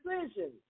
decisions